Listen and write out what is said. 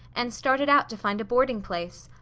and started out to find a boarding place.